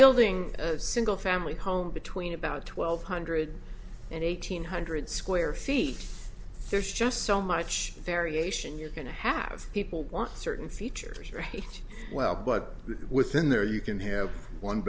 building a single family home between about twelve hundred and eighteen hundred square feet there's just so much variation you're going to have people want certain features right well but within there you can have one